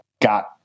got